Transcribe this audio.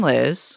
Liz